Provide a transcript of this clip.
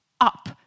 up